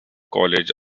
college